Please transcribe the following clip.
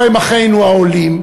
או שהם אחינו העולים,